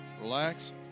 relax